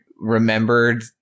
remembered